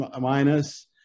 minus